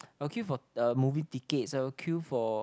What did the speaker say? I will queue for uh movie tickets I will queue for